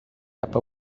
upper